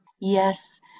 yes